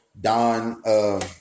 Don